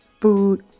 Food